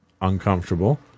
uncomfortable